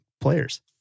players